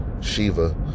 Shiva